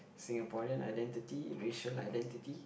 Singaporean identity racial identity